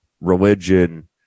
religion